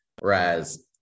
Whereas